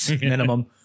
minimum